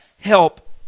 help